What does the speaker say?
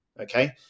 okay